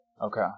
Okay